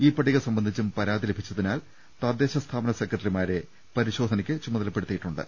ഈ പട്ടിക സംബ ട ന്ധിച്ചും പരാതി ലഭിച്ചതിനാൽ തദ്ദേശ സ്ഥാപന സെക്രട്ടറിമാരെ പരിശോ ധനയ്ക്ക് ചുമതലപ്പെടുത്തിയിട്ടുണ്ട്